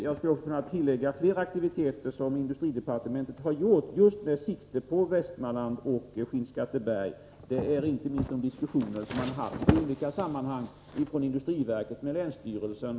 Jag skulle också kunna nämna flera aktiviteter som industridepartementet har startat just med sikte på Västmanland och Skinnskatteberg. Det gäller inte minst de diskussioner man har haft i olika sammanhang mellan industriverket och länsstyrelsen.